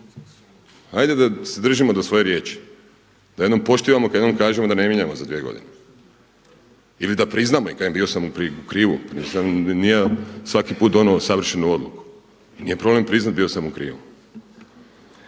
Hajde da držimo do svoje riječi, da jednom poštivamo kad vam kažemo da ne mijenjamo za dvije godine. Ili da priznamo i kažem bio sam u krivu. Pa nisam ni ja svaki put donio savršenu odluku. I nije problem priznat bio sam u krivu.